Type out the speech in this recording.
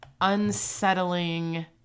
unsettling